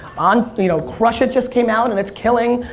um you know crush it! just came out and it's killing.